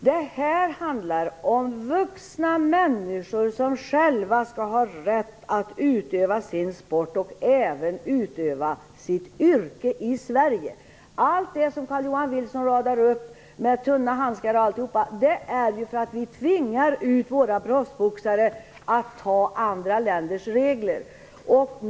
Detta handlar om vuxna människor som själva skall ha rätt att utöva sin sport och även utöva sitt yrke i Sverige. Allt det som Carl-Johan Wilson radar upp, t.ex. tunna handskar och annat, har ju sin grund i att vi tvingar ut våra proffsboxare att finna sig i andra länders regler.